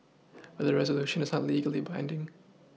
but the resolution is not legally binding